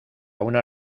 una